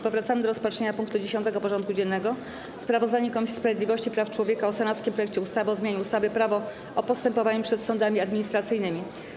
Powracamy do rozpatrzenia punktu 10. porządku dziennego: Sprawozdanie Komisji Sprawiedliwości i Praw Człowieka o senackim projekcie ustawy o zmianie ustawy - Prawo o postępowaniu przed sądami administracyjnymi.